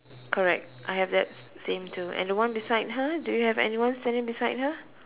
correct I have that s~ same too and the one beside her do you have anyone standing beside her